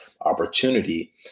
opportunity